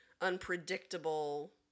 Unpredictable